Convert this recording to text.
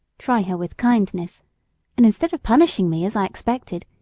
try her with kindness and instead of punishing me as i expected,